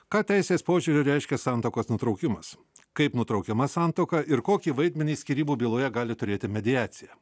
ką teisės požiūriu reiškia santuokos nutraukimas kaip nutraukiama santuoka ir kokį vaidmenį skyrybų byloje gali turėti mediacija